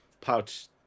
pouch